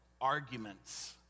arguments